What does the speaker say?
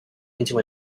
into